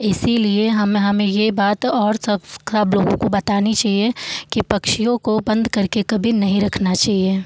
इसीलिए हम हम ये बात और सब का लोगों को बतानी चहिए कि पक्षियों को बंद करके कभी नहीं रखना चाहिए